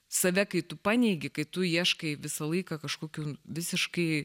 save kai tu paneigi kai tu ieškai visą laiką kažkokių visiškai